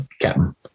Captain